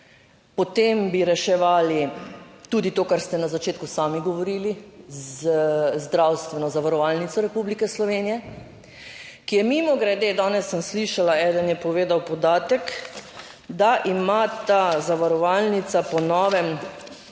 Potem bi reševali tudi to, kar ste na začetku sami govorili z Zdravstveno zavarovalnico Republike Slovenije, ki je mimogrede, danes sem slišala, eden je povedal podatek, da ima ta zavarovalnica po novem